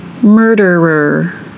Murderer